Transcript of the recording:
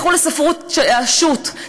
לכו לספרות השו"ת,